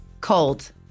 Cold